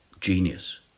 genius